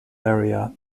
area